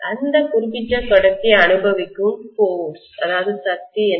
அந்த குறிப்பிட்ட கடத்தி அனுபவிக்கும் ஃபோர்ஸ் சக்தி என்ன